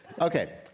Okay